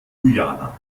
guyana